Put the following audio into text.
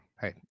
hey